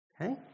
Okay